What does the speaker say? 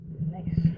Nice